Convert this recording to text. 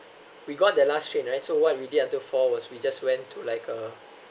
we got the last train right so what we did until four was we just went to like a